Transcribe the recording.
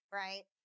right